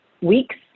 weeks